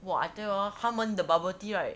!wah! I tell you hor 他们的 bubble tea right